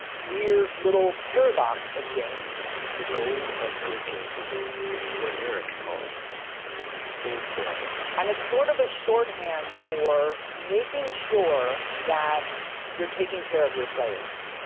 weird little paradox of games the goal of a good game design is what eric calls meaningful play. and it's sort of a shorthand for making sure that you're taking care of your players.